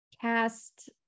cast